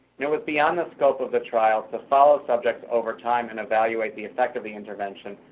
and it was beyond the scope of the trial to follow subjects over time and evaluate the effect of the intervention,